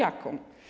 Jaką?